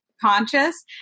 conscious